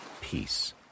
peace